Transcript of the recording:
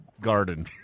garden